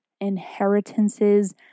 inheritances